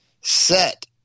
set